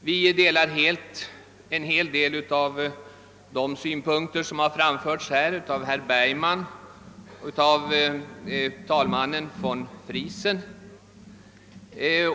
Vi delar helt många av de synpunkter som här framförts av herrar Bergman och von Friesen.